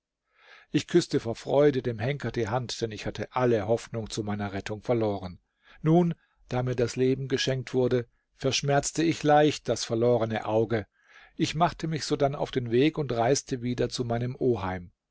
ich küßte vor freude dem henker die hand denn ich hatte alle hoffnung zu meiner rettung verloren nun da mir das leben geschenkt wurde verschmerzte ich leicht das verlorene auge ich machte mich sodann auf den weg und reiste wieder zu meinem oheim